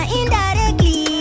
indirectly